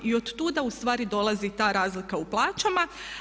I otuda ustvari dolazi ta razlika u plaćama.